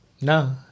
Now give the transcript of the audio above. No